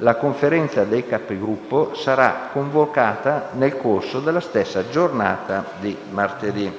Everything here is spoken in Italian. La Conferenza dei Capigruppo sarà convocata nel corso della stessa giornata di martedì.